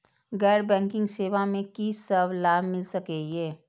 गैर बैंकिंग सेवा मैं कि सब लाभ मिल सकै ये?